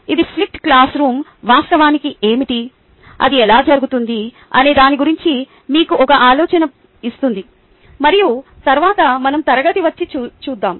ఇది flipped classroom వాస్తవానికి ఏమిటి అది ఎలా జరుగుతుంది అనే దాని గురించి మీకు ఒక ఆలోచన ఇస్తుంది మరియు తరువాత మనం తిరిగి వచ్చి చూద్దాం